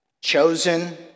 chosen